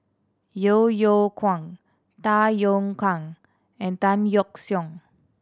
Yeo Yeow Kwang Tay Yong Kwang and Tan Yeok Seong